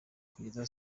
kugeza